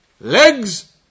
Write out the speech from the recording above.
legs